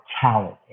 talent